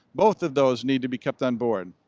both of those need to be kept onboard.